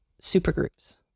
supergroups